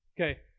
Okay